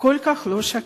כל כך לא שקט.